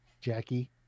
Jackie